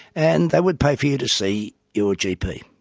and they would pay for you to see your gp,